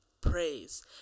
praise